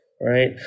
right